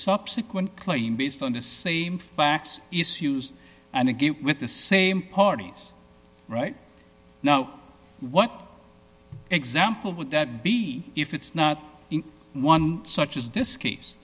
subsequent claim based on the same facts issues and again with the same parties right now what example would that be if it's not one such as this case